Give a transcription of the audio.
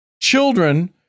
Children